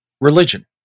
religion